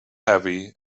heavy